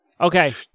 Okay